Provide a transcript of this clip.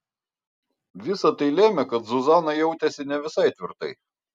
visa tai lėmė kad zuzana jautėsi ne visai tvirtai